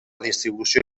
distribució